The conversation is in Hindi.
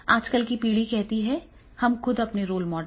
आजकल की पीढ़ी कहती है कि हम खुद अपने रोल मॉडल हैं